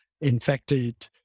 infected